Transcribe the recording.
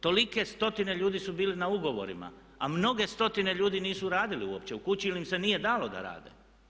Tolike stotine ljudi su bili na ugovorima, a mnoge stotine ljudi nisu radili uopće u kući ili im se nije dalo da rade.